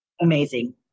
amazing